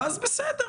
ואז בסדר,